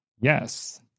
yes